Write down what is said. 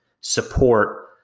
support